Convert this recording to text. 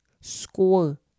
score